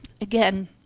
Again